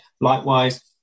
Likewise